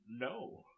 No